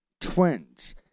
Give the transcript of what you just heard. twins